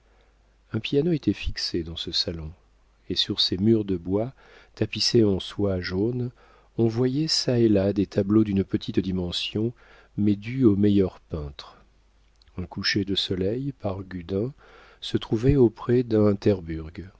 un piano était fixé dans ce salon et sur ses murs de bois tapissés en soie jaune on voyait çà et là des tableaux d'une petite dimension mais dus aux meilleurs peintres un coucher de soleil par gudin se trouvait auprès d'un